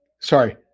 sorry